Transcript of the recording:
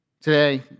Today